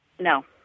No